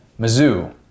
Mizzou